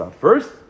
first